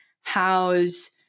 house